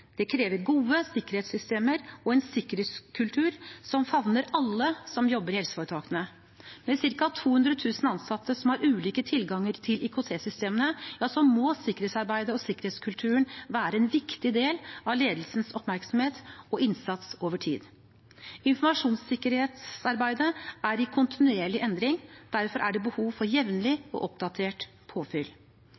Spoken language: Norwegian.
Det krever gode sikkerhetssystemer og en sikkerhetskultur som favner alle som jobber i helseforetakene. Med ca. 200 000 ansatte som har ulike tilganger til IKT-systemene, så må sikkerhetsarbeidet og sikkerhetskulturen være en viktig del av ledelsens oppmerksomhet og innsats over tid. Informasjonssikkerhetsarbeidet er i kontinuerlig endring. Derfor er det behov for jevnlig